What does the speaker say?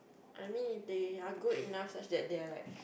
I mean if they are good enough such that they are like